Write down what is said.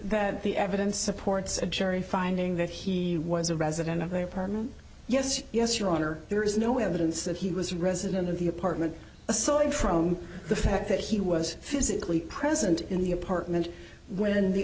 that the evidence supports a jury finding that he was a resident of a apartment yes yes your honor there is no evidence that he was a resident of the apartment aside from the fact that he was physically present in the apartment when the